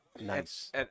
nice